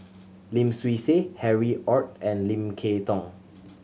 Lim Swee Say Harry Ord and Lim Kay Tong